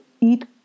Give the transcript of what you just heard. eat